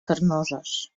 carnoses